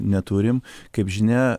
neturim kaip žinia